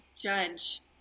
judge